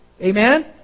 Amen